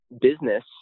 business